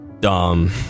dumb